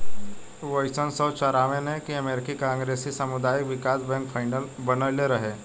उनऽइस सौ चौरानबे में अमेरिकी कांग्रेस सामुदायिक बिकास बैंक बनइले रहे